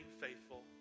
faithful